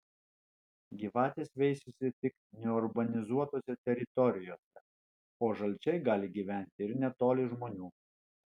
gyvatės veisiasi tik neurbanizuotose teritorijose o žalčiai gali gyventi ir netoli žmonių